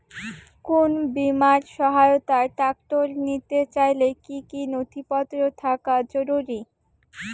কোন বিমার সহায়তায় ট্রাক্টর নিতে চাইলে কী কী নথিপত্র থাকা জরুরি?